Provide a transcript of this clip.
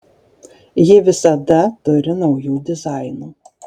ji visada turi naujų dizainų